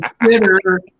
consider